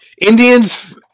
Indians